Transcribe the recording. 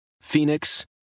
Phoenix